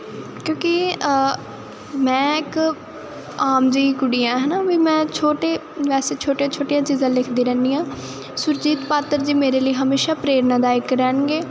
ਕਿਉਂਕਿ ਮੈਂ ਇੱਕ ਆਮ ਜਿਹੀ ਕੁੜੀ ਹਾਂ ਹੈ ਨਾ ਵੀ ਮੈਂ ਛੋਟੇ ਵੈਸੇ ਛੋਟੀਆਂ ਛੋਟੀਆਂ ਚੀਜ਼ਾਂ ਲਿਖਦੀ ਰਹਿੰਦੀ ਹਾਂ ਸੁਰਜੀਤ ਪਾਤਰ ਜੀ ਮੇਰੇ ਲਈ ਹਮੇਸ਼ਾ ਪ੍ਰੇਰਨਾਦਾਇਕ ਰਹਿਣਗੇ